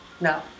No